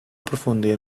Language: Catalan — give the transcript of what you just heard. aprofundir